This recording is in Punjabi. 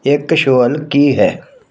ਇੱਕ ਸ਼ੋਅਲ ਕੀ ਹੈ